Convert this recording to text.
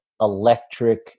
electric